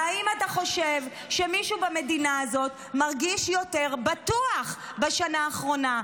האם אתה חושב שמישהו במדינה הזאת מרגיש יותר בטוח בשנה האחרונה?